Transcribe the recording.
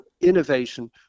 innovation